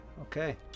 Okay